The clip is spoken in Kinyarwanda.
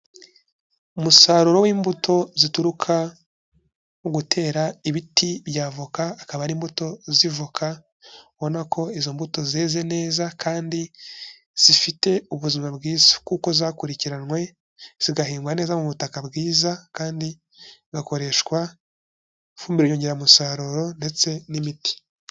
Umusaruro w'imbuto zituruka mu gutera ibiti bya voka, akaba ari imbuto z'ivoka, ubona ko izo mbuto zeze neza kandi zifite ubuzima bwiza, kuko zakurikiranwe zigahingwa neza mu butaka bwiza kandi zigakoreshwa ifumbire nyongeramusaruro ndetse n'imiti.